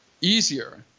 easier